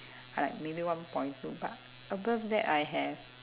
alright maybe one point two but above that I have